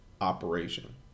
operation